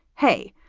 hey,